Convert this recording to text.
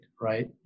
Right